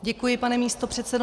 Děkuji, pane místopředsedo.